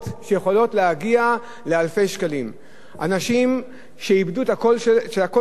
אנשים שאיבדו את כל מה שיש להם עדיין נדרשים לשלם אגרות.